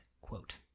quote